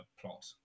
plot